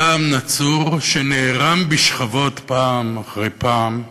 זעם נצור, שנערם בשכבות פעם אחרי פעם,